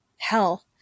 Hell